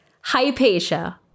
Hypatia